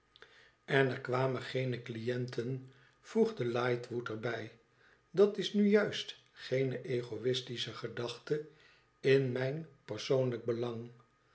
n er kwamen geene cliënten voegde lightwood er bij dat is nu juist geene egoistische gedachte in m ij n persoonlijk belang